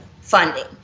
funding